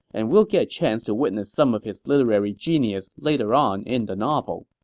and we'll get a chance to witness some of his literary genius later on in the novel